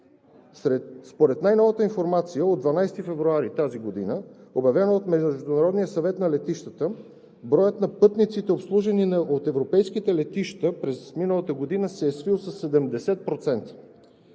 Според най-новата информация от 12 февруари тази година, обявена от Международния съвет на летищата, броят на пътниците, обслужени от европейските летища през миналата година се е свил със 70%